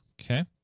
Okay